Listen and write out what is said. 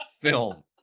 film